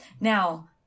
Now